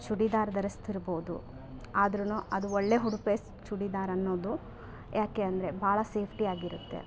ಚೂಡಿದಾರು ಧರಿಸ್ತಿರ್ಬೋದು ಆದರೂ ಅದು ಒಳ್ಳೆ ಚೂಡಿದಾರ್ ಅನ್ನೋದು ಯಾಕೆ ಅಂದರೆ ಭಾಳ ಸೇಫ್ಟಿ ಆಗಿರುತ್ತೆ